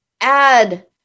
Add